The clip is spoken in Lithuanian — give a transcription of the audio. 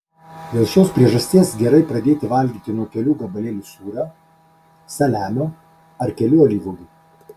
dėl šios priežasties gerai pradėti valgyti nuo kelių gabalėlių sūrio saliamio ar kelių alyvuogių